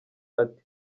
ati